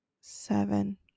seven